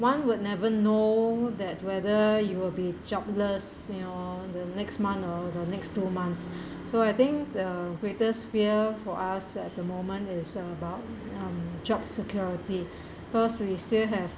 one would never know that whether you will be jobless or the next month or the next two months so I think uh greatest fear for us at the moment is about job security cause we still have